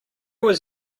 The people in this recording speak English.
was